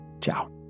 ciao